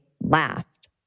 laughed